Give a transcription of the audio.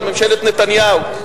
של ממשלת נתניהו,